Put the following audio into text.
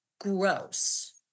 gross